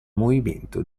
movimento